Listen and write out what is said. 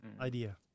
idea